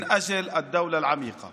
בשביל הממשלה